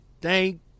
Thank